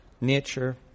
nature